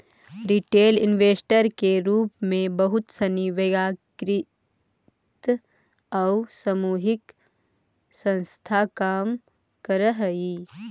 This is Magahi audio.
रिटेल इन्वेस्टर के रूप में बहुत सनी वैयक्तिक आउ सामूहिक संस्था काम करऽ हइ